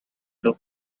look